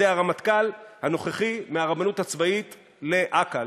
הרמטכ"ל הנוכחי מהרבנות הצבאית לאכ"א,